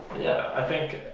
yeah i think